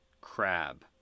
crab